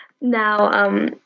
Now